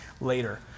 later